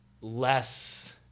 less